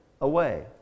away